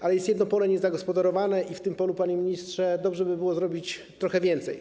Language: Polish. Ale jest jedno pole niezagospodarowane i na tym polu, panie ministrze, dobrze by było zrobić trochę więcej.